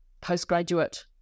postgraduate